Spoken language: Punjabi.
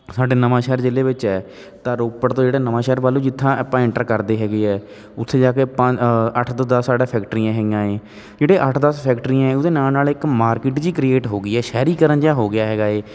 ਸਾਡਾ ਨਵਾਂਸ਼ਹਿਰ ਜ਼ਿਲ੍ਹੇ ਵਿੱਚ ਹੈ ਤਾਂ ਰੋਪੜ ਤੋਂ ਜਿਹੜੇ ਨਵਾਂਸ਼ਹਿਰ ਵੱਲ ਜਿੱਥੇ ਆਪਾਂ ਐਂਟਰ ਕਰਦੇ ਹੈਗੇ ਹੈ ਉੱਥੇ ਜਾ ਕੇ ਪੰ ਅੱਠ ਤੋਂ ਦਸ ਸਾਡਾ ਫੈਕਟਰੀਆਂ ਹੈਗੀਆਂ ਏ ਜਿਹੜੇ ਅੱਠ ਦਸ ਫੈਕਟਰੀਆਂ ਏ ਉਹਦੇ ਨਾਲ ਨਾਲ ਇੱਕ ਮਾਰਕੀਟ ਜਿਹੀ ਕ੍ਰੀਏਟ ਹੋ ਗਈ ਹੈ ਸ਼ਹਿਰੀਕਰਨ ਜਿਹਾ ਹੋ ਗਿਆ ਹੈਗਾ ਇਹ